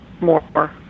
more